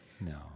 No